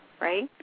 right